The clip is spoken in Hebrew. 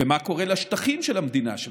ומה קורה לשטחים של המדינה שלנו?